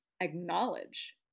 acknowledge